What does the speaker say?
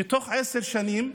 שתוך עשר שנים,